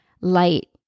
light